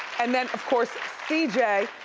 and then, of course, c j.